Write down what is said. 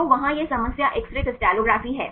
तो वहाँ यह समस्या एक्स रे क्रिस्टलोग्राफी है